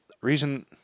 reason